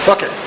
Okay